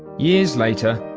years later,